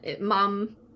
mom